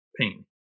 pain